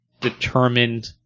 determined